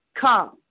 Come